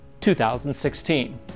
2016